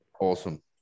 Awesome